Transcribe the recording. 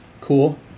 Cool